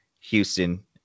Houston